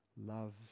loves